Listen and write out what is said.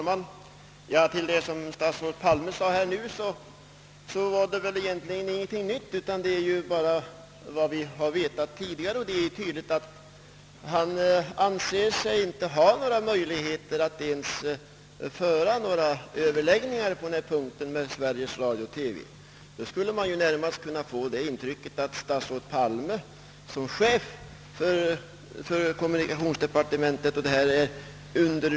Herr talman! I det som statsrådet Palme sade nu fanns väl egentligen ingenting nytt utan bara sådant som vi vetat tidigare. Det är tydligt att statsrådet inte anser sig ha möjligheter att ens föra överläggningar med Sveriges Radio på den här punkten. Statsrådet Palme är ju chef för kommunikationsdepartementet, under vilket Sveriges Radio lyder.